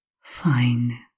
fine